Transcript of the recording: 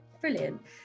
brilliant